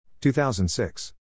2006